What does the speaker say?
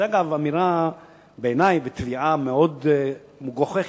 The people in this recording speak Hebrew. זו, אגב, בעיני תביעה מאוד מגוחכת,